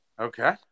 Okay